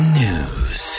news